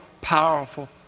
powerful